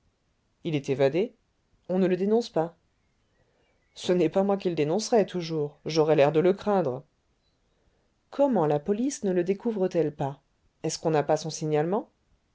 il est évadé on ne le dénonce pas ce n'est pas moi qui le dénoncerai toujours j'aurais l'air de le craindre comment la police ne le découvre t elle pas est-ce qu'on n'a pas son signalement